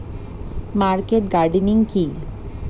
Market gardening কি?